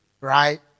right